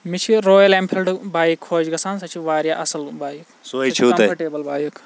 مےٚ چھِ Royal Enfield bike خۄش گَژھان سۄ چھِ وارِیاہ اَصٕل بایَک سۄ چھِ کمفٲٹیبٕل بایِک